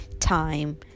time